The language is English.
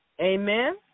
Amen